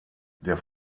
der